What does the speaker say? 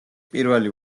პირველი